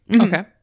Okay